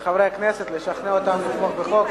לומר לחברי הכנסת לשכנע אותם לתמוך בחוק.